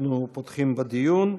אנחנו פותחים בדיון.